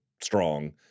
strong